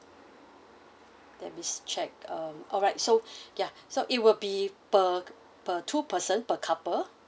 let me check uh alright so ya so it will be per per two person per couple